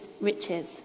riches